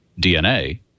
DNA